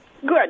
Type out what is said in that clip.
Good